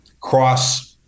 cross